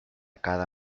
cada